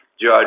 Judge